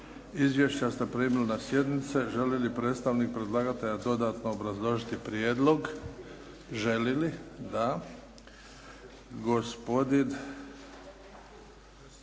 Izvješća ste primili na sjednice. Želi li predstavnik predlagatelja dodatno obrazložiti prijedlog? Želi li? Da.